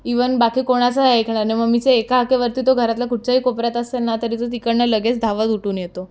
even बाकी कोणाचं ऐकणार नाही मम्मीचं एका हाकेवरती तो घरातल्या कुठच्याही कोपऱ्यात असेल ना तरी तो तिकडनं लगेच धावत उठून येतो